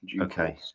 Okay